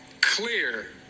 clear